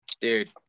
Dude